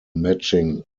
matching